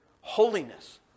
holiness